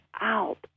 out